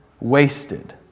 wasted